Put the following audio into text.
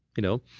you know?